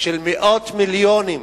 של מאות מיליונים,